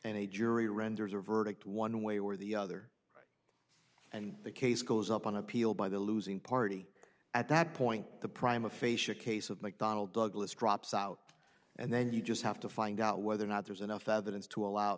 and a jury renders a verdict one way or the other and the case goes up on appeal by the losing party at that point the prime aphasia case of mcdonnell douglas drops out and then you just have to find out whether or not there's enough evidence to allow